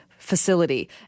facility